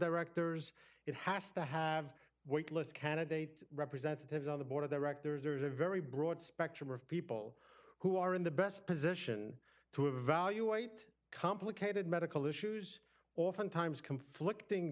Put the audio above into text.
directors it has to have wait list candidate representatives on the board of directors there is a very broad spectrum of people who are in the best position to evaluate complicated medical issues oftentimes conflicting